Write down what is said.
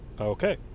Okay